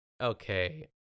okay